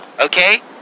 okay